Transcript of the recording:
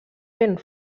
vent